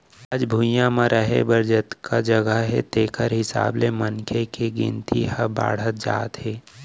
आज भुइंया म रहें बर जतका जघा हे तेखर हिसाब ले मनखे के गिनती ह बाड़हत जात हे